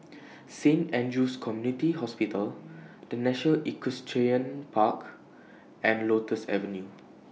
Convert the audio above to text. Saint Andrew's Community Hospital The National Equestrian Park and Lotus Avenue